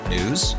News